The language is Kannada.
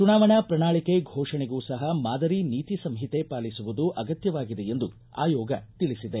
ಚುನಾವಣಾ ಪ್ರಣಾಳಿಕೆ ಘೋಷಣೆಗೂ ಸಹ ಮಾದರಿ ನೀತಿ ಸಂಹಿತೆ ಪಾಲಿಸುವುದು ಅಗತ್ಯವಾಗಿದೆ ಎಂದು ಆಯೋಗ ತಿಳಿಸಿದೆ